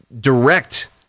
direct